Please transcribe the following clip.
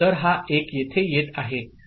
तर हा 1 येथे येत आहे